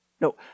no